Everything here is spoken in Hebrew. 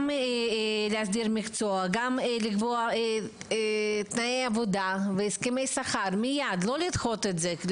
צריך להסדיר את המקצוע ולקבוע תנאי עבודה והסכמי שכר באופן מידי.